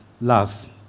love